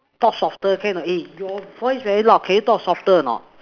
talk softer can not eh your voice very loud can you talk softer or not